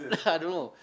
I don't know